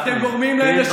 אני לא כופה עליו.